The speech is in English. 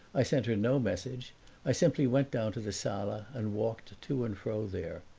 i sent her no message i simply went down to the sala and walked to and fro there.